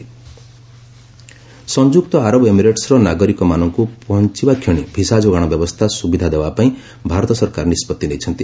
UAE visa ସଂଯୁକ୍ତ ଆରବ ଏମିରେଟ୍ସର ନାଗରିକମାନଙ୍କୁ ପହଞ୍ଚବା କ୍ଷଣି ଭିସା ଯୋଗାଣ ବ୍ୟବସ୍ଥା ସୁବିଧା ଦେବାପାଇଁ ଭାରତ ସରକାର ନିଷ୍ପଭି ନେଇଛନ୍ତି